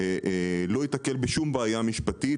בסופו של דבר, לא ייתקל בשום בעיה משפטית.